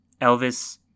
Elvis